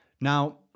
Now